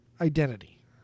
identity